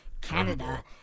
Canada